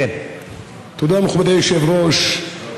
תודה, מכובדי היושב-ראש.